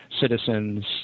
citizens